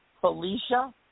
Felicia